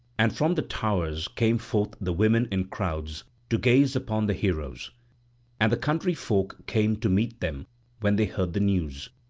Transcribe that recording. and from the towers came forth the women in crowds to gaze upon the heroes and the country folk came to meet them when they heard the news,